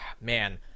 man